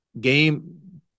game